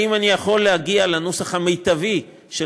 האם אני יכול להגיע לנוסח המיטבי של